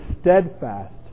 steadfast